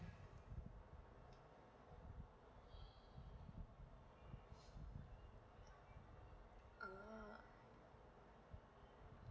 oh